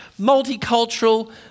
multicultural